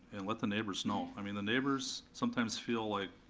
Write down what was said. and let the neighbors know. i mean the neighbors sometimes feel like